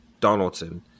Donaldson